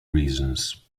reasons